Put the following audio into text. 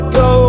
go